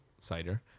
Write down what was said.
cider